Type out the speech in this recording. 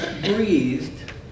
breathed